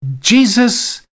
Jesus